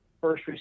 first